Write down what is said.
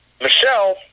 Michelle